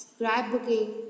scrapbooking